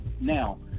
Now